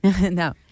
no